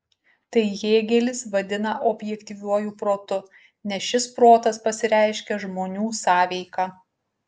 tai hėgelis vadina objektyviuoju protu nes šis protas pasireiškia žmonių sąveika